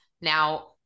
Now